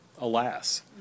alas